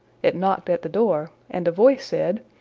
it knocked at the door, and a voice said,